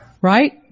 Right